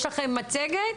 יש לכם מצגת?